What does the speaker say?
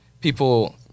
people